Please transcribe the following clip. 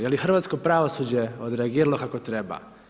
Je li hrvatsko pravosuđe odreagiralo kako treba?